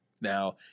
Now